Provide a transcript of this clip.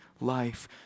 life